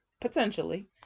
potentially